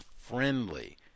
friendly